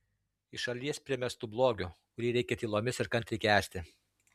iš šalies primestu blogiu kurį reikia tylomis ir kantriai kęsti